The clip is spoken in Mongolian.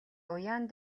уяан